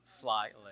slightly